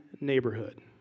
neighborhood